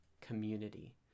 Community